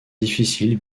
difficile